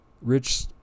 Rich